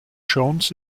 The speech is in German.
jones